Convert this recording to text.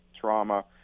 trauma